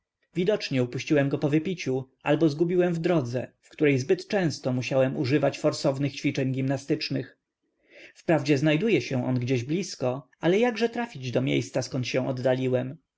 przepadł widocznie upuściłem go po wypiciu albo zgubiłem w drodze w której zbyt często musiałem używać forsownych ćwiczeń gimnastycznych wprawdzie znajduje się on gdzieś blizko ale jakże trafić do miejsca zkąd się oddaliłem